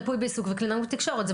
ריפוי בעיסוק וקלינאות תקשורת.